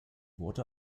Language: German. wurde